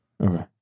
Okay